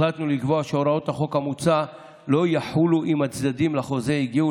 החלטנו לקבוע שהוראות החוק המוצע לא יחולו אם הצדדים לחוזה הגיעו